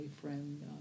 friend